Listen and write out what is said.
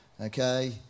okay